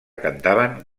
cantaven